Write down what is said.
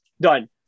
done